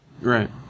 Right